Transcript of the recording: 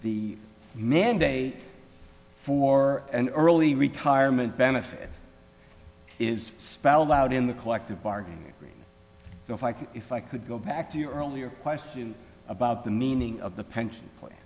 the mandate for an early retirement benefit is spelled out in the collective bargain if i can if i could go back to your earlier question about the meaning of the pension plan